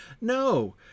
No